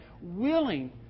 willing